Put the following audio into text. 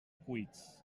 cuits